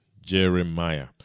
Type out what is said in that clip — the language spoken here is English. Jeremiah